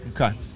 Okay